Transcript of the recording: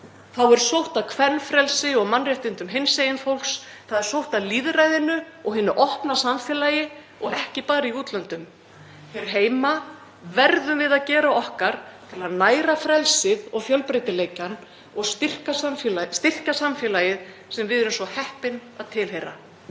Þá er sótt að kvenfrelsi og mannréttindum hinsegin fólks. Það er sótt að lýðræðinu og hinu opna samfélagi og ekki bara í útlöndum. Hér heima verðum við að gera okkar til að næra frelsið og fjölbreytileikann og styrkja samfélagið sem við erum svo heppin að tilheyra.